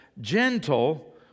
gentle